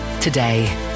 today